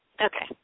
Okay